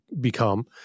become